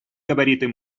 габариты